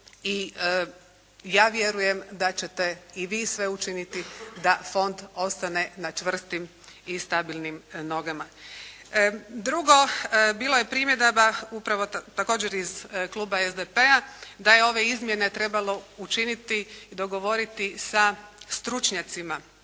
I ja vjerujem da ćete i vi sve učiniti da fond ostane na čvrstim i stabilnim nogama. Drugo, bilo je primjedaba, upravo također iz kluba SDP-a da je ove izmjene trebalo učiniti i dogovoriti sa stručnjacima.